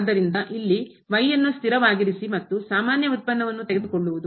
ಆದ್ದರಿಂದ ಇಲ್ಲಿ ಸ್ಥಿರವಾಗಿರಿಸಿ ಮತ್ತು ಸಾಮಾನ್ಯ ಉತ್ಪನ್ನವನ್ನು ತೆಗೆದುಕೊಳ್ಳುವುದು